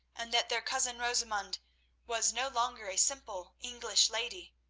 and that their cousin rosamund was no longer a simple english lady,